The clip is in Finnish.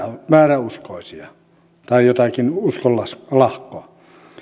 ovat vääräuskoisia tai jotakin uskonlahkoa